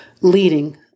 leading